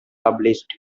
published